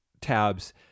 tabs